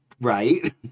right